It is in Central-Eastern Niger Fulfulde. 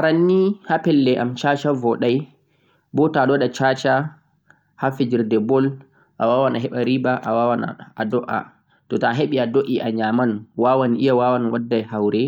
Arannii ha pelle'am shasha voɗai bo to'aɗon waɗa shasha ha fijirde ball awawan a heɓa riba awawan bo awaɗa asara. To'a ɗoɗ'e anyamai wawan waddugo haure